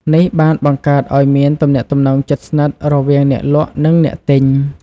នេះបានបង្កើតឱ្យមានទំនាក់ទំនងជិតស្និទ្ធរវាងអ្នកលក់និងអ្នកទិញ។